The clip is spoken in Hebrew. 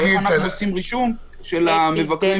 איך אנחנו עושים רישום של המבקרים